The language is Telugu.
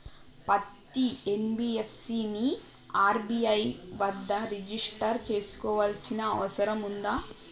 పత్తి ఎన్.బి.ఎఫ్.సి ని ఆర్.బి.ఐ వద్ద రిజిష్టర్ చేసుకోవాల్సిన అవసరం ఉందా?